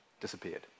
disappeared